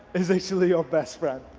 it's actually your best friend.